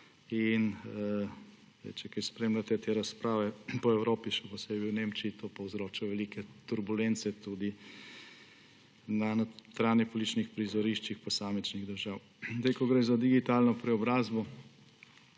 Če kaj spremljate te razprave, po Evropi, še posebej v Nemčiji to povzroča velike turbulence, tudi na notranjepolitičnih prizoriščih posamičnih držav. Ko gre za digitalno preobrazbo,